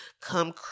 Come